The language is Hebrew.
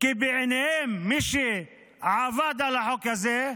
כי בעיניהם, מי שעבד על החוק הזה,